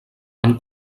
han